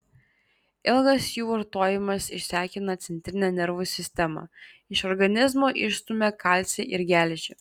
ilgas jų vartojimas išsekina centrinę nervų sistemą iš organizmo išstumia kalcį ir geležį